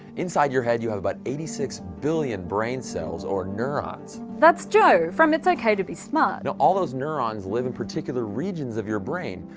inside your head you have about eighty six billion brain cells, or neurons. that's joe, from it's okay to be smart. now all those neurons live in particular regions of your brain.